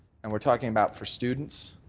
and we're talking about for students,